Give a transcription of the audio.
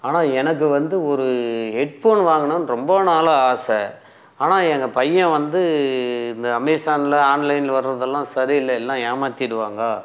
ஆனால் எனக்கு வந்து ஒரு ஹெட் ஃபோனு வாங்கணும்னு ரொம்ப நாளாக ஆசை ஆனால் எங்கள் பையன் வந்து இந்த அமேசானில் ஆன்லைனில் வரது எல்லாம் சரி இல்லை எல்லாம் ஏமாற்றிடுவாங்க